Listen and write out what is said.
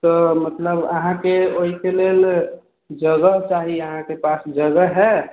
तऽ मतलब अहाँकेँ ओहिके लेल जगह चाही अहाँकेँ पास जगह हए